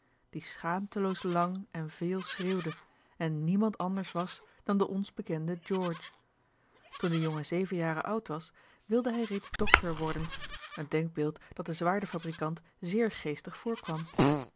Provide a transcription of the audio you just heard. die schaamteloos lang en veel schreeuwde en niemand anders was dan de ons bekende george toen de jongen zeven jaren oud was wilde hij reeds doctor worden een denkbeeld dat den zwaardenfabriekant zeer geestig voorkwam